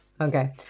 Okay